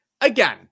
again